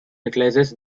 utilizes